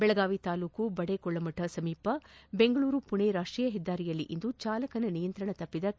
ಬೆಳಗಾವಿ ತಾಲೂಕಿನ ಬಡೆಕೊಳ್ಳಮಠ ಸಮೀಪದ ಬೆಂಗಳೂರು ಪುಣೆ ರಾಷ್ವಿಯ ಹೆದ್ದಾರಿಯಲ್ಲಿಂದು ಚಾಲಕನ ನಿಯಂತ್ರಣ ತಪ್ಪಿದ ಕೆ